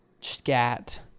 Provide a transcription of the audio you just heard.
scat